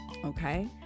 Okay